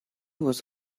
was